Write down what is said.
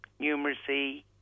numeracy